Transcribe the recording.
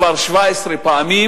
כבר 17 פעמים,